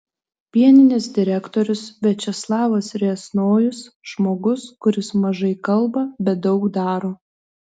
pieninės direktorius viačeslavas riasnojus žmogus kuris mažai kalba bet daug daro